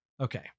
Okay